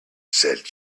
said